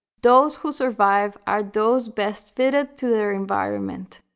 those who survive are those best fitted to their environment,